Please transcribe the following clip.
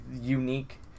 unique